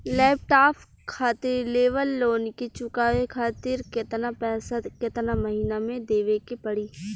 Laptop खातिर लेवल loan के चुकावे खातिर केतना पैसा केतना महिना मे देवे के पड़ी?